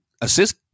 assist